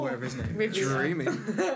Dreaming